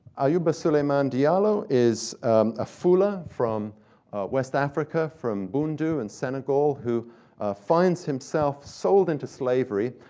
ayuba suleiman diallo is a foula from west africa, from bundu in senegal, who finds himself sold into slavery,